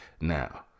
Now